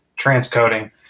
transcoding